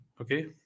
okay